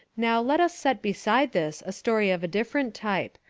now let us set beside this a story of a differ ent type,